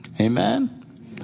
amen